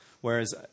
Whereas